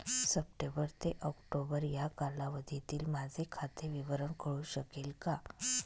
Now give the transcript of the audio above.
September ते October या कालावधीतील माझे खाते विवरण कळू शकेल का?